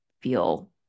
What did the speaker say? feel